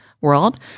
world